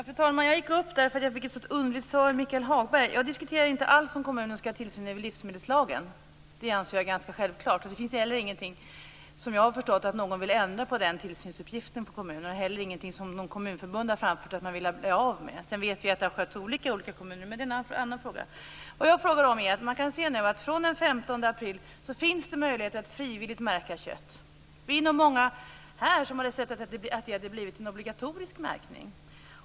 Fru talman! Jag gick upp i talarstolen eftersom jag fick ett så underligt svar av Michael Hagberg. Jag diskuterar inte om kommunen skall ha tillsyn över livsmedelslagen. Det anser jag ganska självklart. Det finns, såvitt jag har förstått, heller ingen som vill ändra på den tillsynsuppgiften för kommunen och det är ingenting som kommunförbundet har framfört att man vill bli av med. Vi vet att det har skötts olika i olika kommuner, men det är en annan fråga. Från den 15 april finns det möjlighet att frivilligt märka kött. Vi är nog många här som gärna hade sett att det blivit en obligatorisk märkning.